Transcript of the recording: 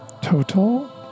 total